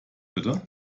bitte